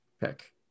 pick